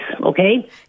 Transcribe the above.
okay